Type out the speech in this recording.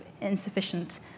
insufficient